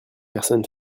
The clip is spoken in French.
personne